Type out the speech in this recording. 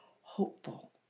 hopeful